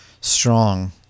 strong